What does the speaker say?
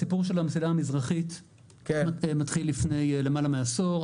הסיפור של המסילה המזרחית מתחיל לפני למעלה מעשור,